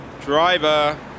driver